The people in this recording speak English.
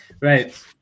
right